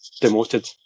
demoted